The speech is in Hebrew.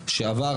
שעבר,